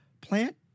plant